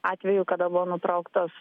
atveju kada buvo nutrauktas